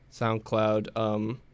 SoundCloud